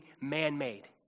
man-made